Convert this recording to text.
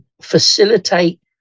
facilitate